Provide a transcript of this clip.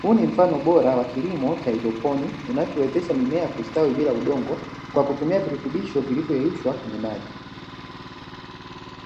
Huu ni mfano bora wa kilimo cha haidroponi kinachowezesha mimea kustawi bila udongo kwa kutumia virutubisho vilivyoyeyushwa kwenye maji.